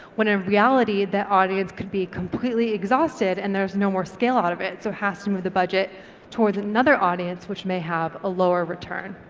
when in reality that audience could be completely exhausted and there's no more scale out of it, so has to move the budget towards another audience which may have a lower return.